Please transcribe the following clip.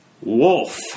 Wolf